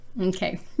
okay